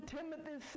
Timothy